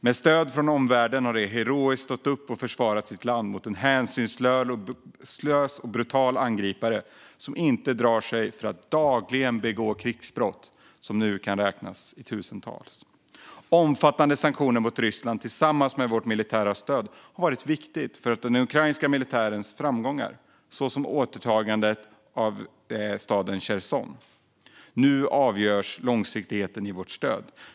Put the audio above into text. Med stöd från omvärlden har det heroiskt stått upp och försvarat sitt land mot en hänsynslös och brutal angripare som inte drar sig för att dagligen begå krigsbrott som nu kan räknas i tusental. Omfattande sanktioner mot Ryssland tillsammans med vårt militära stöd har varit viktigt för den ukrainska militärens framgångar, såsom återtagandet av staden Cherson. Men nu avgörs långsiktigheten i vårt stöd.